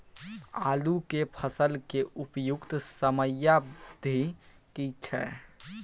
आलू के फसल के उपयुक्त समयावधि की छै?